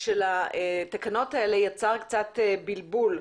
של התקנות האלה יצר קצת בלבול.